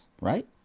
right